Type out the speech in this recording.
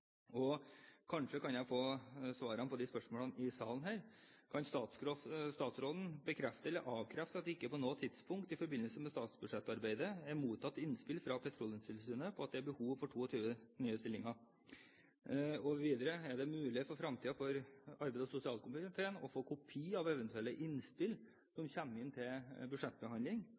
og kanskje kan jeg få svarene på de spørsmålene i salen her. Kan statsråden bekrefte eller avkrefte at det ikke på noe tidspunkt i forbindelse med statsbudsjettarbeidet er mottatt innspill fra Petroleumstilsynet om at det er behov for 22 nye stillinger? Og videre: Er det mulig for arbeids- og sosialkomiteen for fremtiden å få kopi av eventuelle innspill som kommer inn til budsjettbehandling?